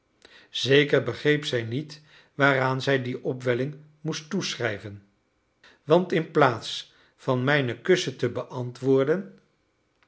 zeker begreep zij niet waaraan zij die opwelling moest toeschrijven want inplaats van mijne kussen te beantwoorden